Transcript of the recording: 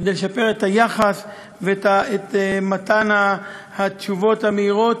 כדי לשפר את היחס ולתת תשובות מהירות,